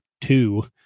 two